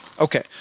Okay